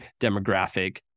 demographic